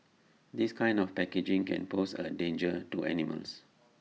this kind of packaging can pose A danger to animals